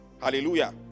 hallelujah